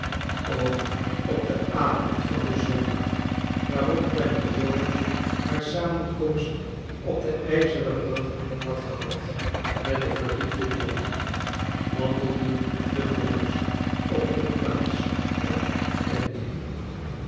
ook op den avond van den zondag waarop kleine dorrit haar samenkomst op de ijzerea brug had gehad met den verliefden john wandelden de broeders op de plaats op en ncer